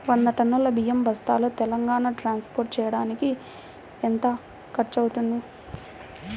వంద టన్నులు బియ్యం బస్తాలు తెలంగాణ ట్రాస్పోర్ట్ చేయటానికి కి ఎంత ఖర్చు అవుతుంది?